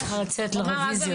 אני צריכה לצאת לרביזיות.